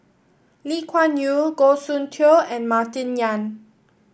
Lee Kuan Yew Goh Soon Tioe and Martin Yan